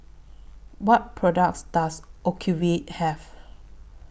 What products Does Ocuvite Have